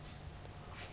next level